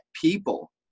people